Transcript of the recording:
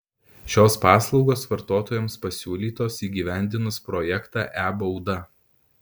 šios paslaugos vartotojams pasiūlytos įgyvendinus projektą e bauda